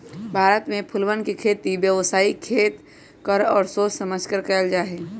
भारत में फूलवन के खेती व्यावसायिक देख कर और सोच समझकर कइल जाहई